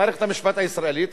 מערכת המשפט הישראלית,